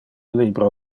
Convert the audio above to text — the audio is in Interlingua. libro